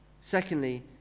Secondly